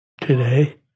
today